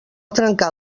trencar